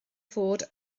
fod